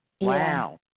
Wow